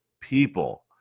people